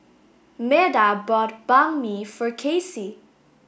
Meda bought Banh Mi for Kaycee